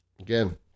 again